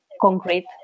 concrete